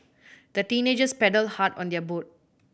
the teenagers paddled hard on their boat